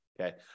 okay